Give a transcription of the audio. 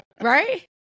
right